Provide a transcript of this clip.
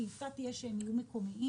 השאיפה תהיה שהם יהיו מקומיים.